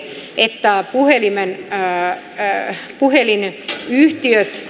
että puhelinyhtiöt